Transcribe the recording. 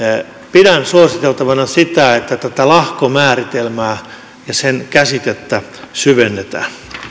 pidän suositeltavana sitä että tätä lahko määritelmää ja sen käsitettä syvennetään